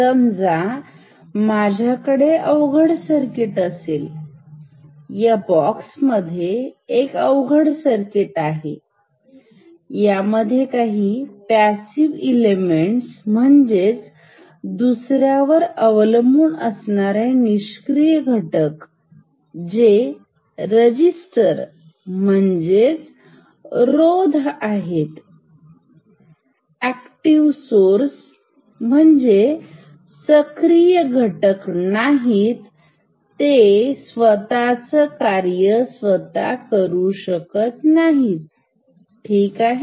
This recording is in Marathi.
समजा माझ्याकडे अवघड सर्किट असेल या चौकोनामध्ये एक अवघड सर्किट आहे यामध्ये काही प्यसीव एलिमेंट म्हणजे दुसर्यावर अवलंबून असणारे निष्क्रिय घटक जे रेजिस्टन्स रोध आहेत एक्टिव सोर्स सक्रिय घटक नाही म्हणजेच स्वतः चे कार्य स्वतः करणारे घटक नाहीत ठीक आहे